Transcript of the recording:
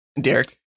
derek